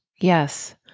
Yes